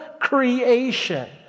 creation